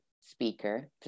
speaker